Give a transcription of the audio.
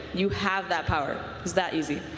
you have that power. it is that easy.